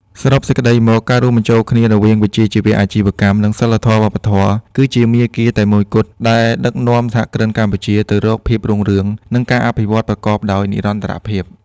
សរុបសេចក្ដីមក ការរួមបញ្ចូលគ្នារវាងវិជ្ជាជីវៈអាជីវកម្ម និងសីលធម៌វប្បធម៌ គឺជាមាគ៌ាតែមួយគត់ដែលដឹកនាំសហគ្រិនកម្ពុជាទៅរកភាពរុងរឿង និងការអភិវឌ្ឍប្រកបដោយនិរន្តរភាព។